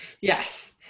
Yes